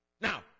Now